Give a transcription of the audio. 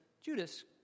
Judas